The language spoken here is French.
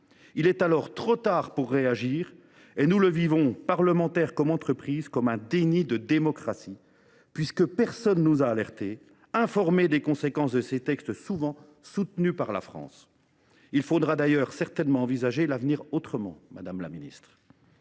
Il est alors trop tard pour réagir et nous le vivons, parlementaires comme entreprises, comme un déni de démocratie, puisque personne ne nous a alertés ou informés des conséquences de ces textes, souvent soutenus par la France. Il faudra d’ailleurs certainement envisager l’avenir autrement, madame la ministre